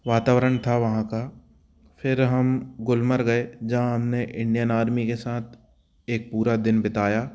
वातावरण था वहाँ का फिर हम गुलमर्ग गए जहाँ हमने इंडियन आर्मी के साथ एक पूरा दिन बिताया